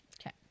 Okay